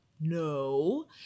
No